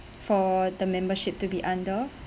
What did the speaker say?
for the membership to be under